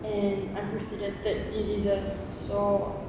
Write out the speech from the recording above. and unprecedented diseases so